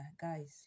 guys